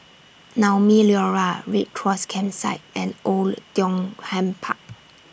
Naumi Liora Red Cross Campsite and Oei Tiong Ham Park